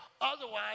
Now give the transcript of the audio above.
Otherwise